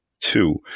Two